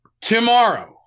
Tomorrow